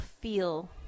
feel